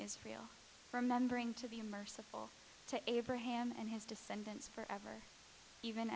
israel remembering to be merciful to abraham and his descendants forever even